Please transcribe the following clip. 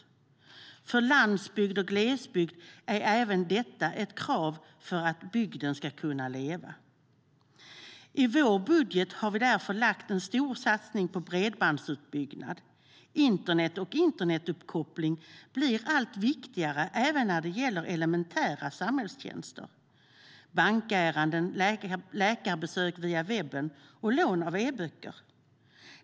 För landsbygd och glesbygd är även detta ett krav för att bygden ska kunna leva.I vår budget har vi därför lagt en stor satsning på bredbandsutbyggnad. Internet och internetuppkoppling blir allt viktigare även när det gäller elementära samhällstjänster, bankärenden, läkarbesök via webben och lån av e-böcker.